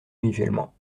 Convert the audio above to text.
mutuellement